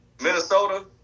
Minnesota